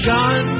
John